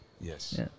yes